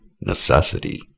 necessity